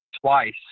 Twice